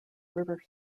river